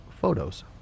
Photos